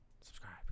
subscribe